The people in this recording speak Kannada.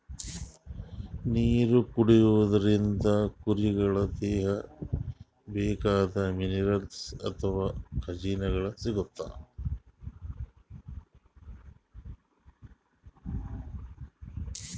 ನೀರ್ ಕುಡಿಯೋದ್ರಿಂದ್ ಕುರಿಗೊಳಿಗ್ ದೇಹಕ್ಕ್ ಬೇಕಾಗಿದ್ದ್ ಮಿನರಲ್ಸ್ ಅಥವಾ ಖನಿಜಗಳ್ ಸಿಗ್ತವ್